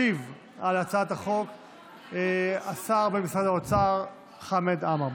ישיב על הצעת החוק השר במשרד האוצר חמד עמאר.